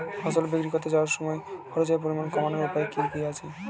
ফসল বিক্রি করতে যাওয়ার সময় খরচের পরিমাণ কমানোর উপায় কি কি আছে?